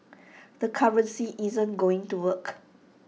the currency isn't going to work